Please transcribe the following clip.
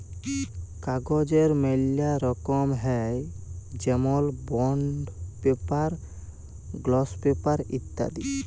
কাগজের ম্যালা রকম হ্যয় যেমল বন্ড পেপার, গ্লস পেপার ইত্যাদি